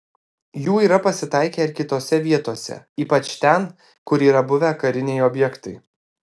jų yra pasitaikę ir kitose vietose ypač ten kur yra buvę kariniai objektai